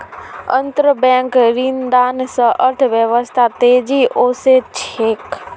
अंतरबैंक ऋणदान स अर्थव्यवस्थात तेजी ओसे छेक